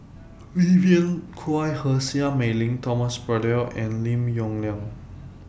Vivien Quahe Seah Mei Lin Thomas Braddell and Lim Yong Liang